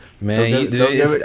Man